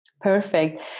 Perfect